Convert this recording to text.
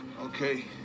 Okay